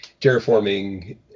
terraforming